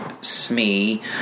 Smee